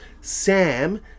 sam